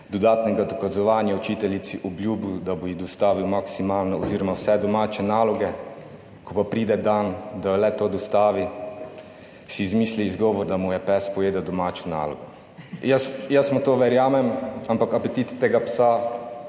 dodatnega dokazovanja učiteljici obljubil, da ji bo dostavil maksimalno oziroma vse domače naloge, ko pa pride dan, da le-to dostavi, si izmisli izgovor, da mu je pes pojedel domačo nalogo. Jaz mu to verjamem, ampak apetit tega psa